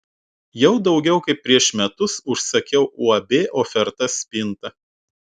jau daugiau kaip prieš metus užsakiau uab oferta spintą